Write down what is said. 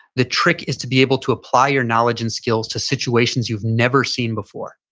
the trick is to be able to apply your knowledge and skills to situations you've never seen before.